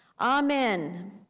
Amen